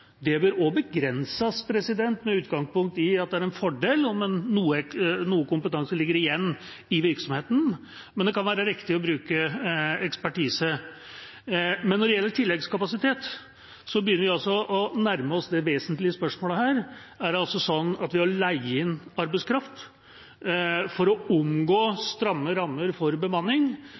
Det bør også begrenses, med utgangspunkt i at det er en fordel om noe kompetanse ligger igjen i virksomheten, men det kan være riktig å bruke ekspertise. Når det gjelder tilleggskapasitet, begynner vi å nærme oss det vesentlige spørsmålet her: Er det sånn at ved å leie inn arbeidskraft for å omgå stramme rammer for bemanning